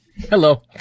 Hello